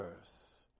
earth